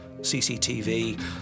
CCTV